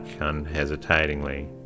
unhesitatingly